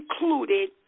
included